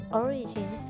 origin